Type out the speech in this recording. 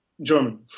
German